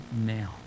now